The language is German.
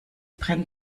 brennt